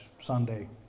Sunday